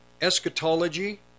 eschatology